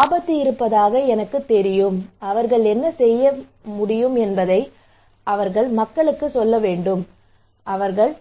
ஆபத்து இருப்பதாக எனக்குத் தெரியும் அவர்கள் என்ன செய்ய முடியும் என்பதை அவர்கள் மக்களுக்குச் சொல்ல வேண்டும் அவர்கள்